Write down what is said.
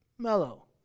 mellow